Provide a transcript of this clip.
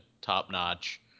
Top-notch